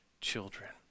children